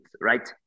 right